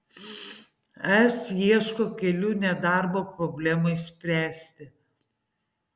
es ieško kelių nedarbo problemai spręsti